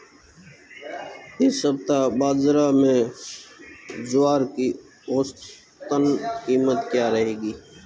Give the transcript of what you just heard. इस सप्ताह बाज़ार में ज्वार की औसतन कीमत क्या रहेगी?